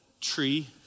tree